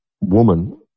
woman